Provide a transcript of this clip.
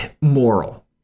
moral